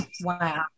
wow